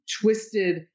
twisted